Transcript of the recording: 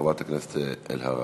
חברת הכנסת אלהרר.